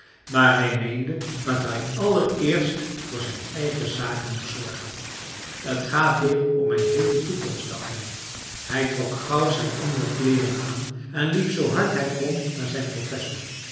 maar hij meende dat hij allereerst voor zijn eigen zaken moest zorgen het gaat hier om mijn heele toekomst dacht hij hij trok gauw zijn andere kleeren aan en liep zoo hard hij kon naar zijn professor